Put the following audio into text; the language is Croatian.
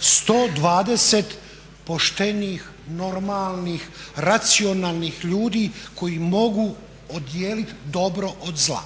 120 poštenih, normalnih, racionalnih ljudi koji mogu odijelit dobro od zla.